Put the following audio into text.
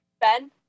Ben